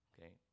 okay